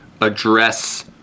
address